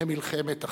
ממלחמת אחים.